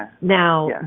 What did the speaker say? now